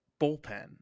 bullpen